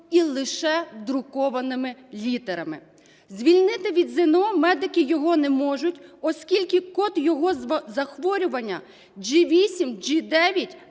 і лише друкованими літерами. Звільнити від ЗНО медики його не можуть, оскільки код його захворювання G8, G9,